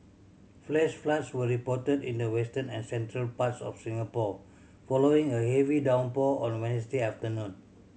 flash floods were reported in the western and central parts of Singapore following a heavy downpour on Wednesday afternoon